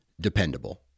dependable